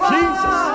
Jesus